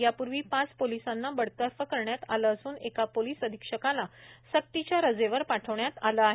यापूर्वी पाच पोलिसांना बडतर्फ करण्यात आलं असून एका पोलीस अधीक्षकाला सक्तीच्या रजेवर पाठवण्यात आलं आहे